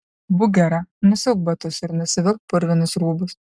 būk gera nusiauk batus ir nusivilk purvinus rūbus